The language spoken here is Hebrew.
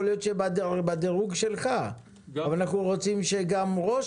יכול להיות שכך בדרג שלך אבל אנחנו רוצים שגם ראש